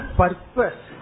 purpose